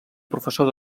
professor